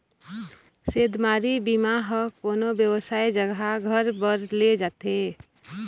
सेधमारी बीमा ह कोनो बेवसाय जघा घर बर ले जाथे